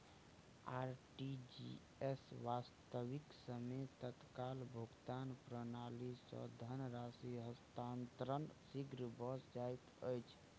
RTGS, वास्तविक समय तत्काल भुगतान प्रणाली, सॅ धन राशि हस्तांतरण शीघ्र भ जाइत अछि